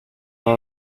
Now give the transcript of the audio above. are